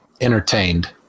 entertained